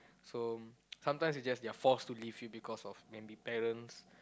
so sometimes is just they're forced to leave you because of maybe parents